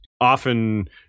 often